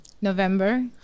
November